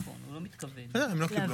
כניסה לקואליציה תמורת עצירת ההפיכה המשטרית,